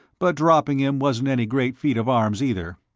but dropping him wasn't any great feat of arms, either.